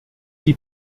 die